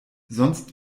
sonst